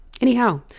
Anyhow